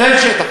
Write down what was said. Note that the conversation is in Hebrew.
איזה שטח?